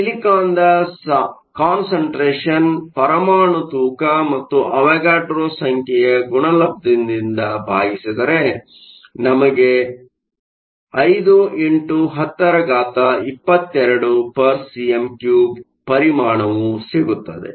ಆದರೆ ಸಿಲಿಕಾನ್ದ ಸಾಂದ್ರತೆಯನ್ನು ಪರಮಾಣು ತೂಕ ಮತ್ತು ಅವೋಗಾಡ್ರೋ ಸಂಖ್ಯೆಯ ಗುಣಲಬ್ಧದಿಂದ ಭಾಗಿಸಿದರೆ ನಮಗೆ 5 x 1022 cm 3 ಪರಿಮಾಣವು ಸಿಗುತ್ತದೆ